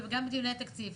וגם בדיוני התקציב,